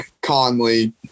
Conley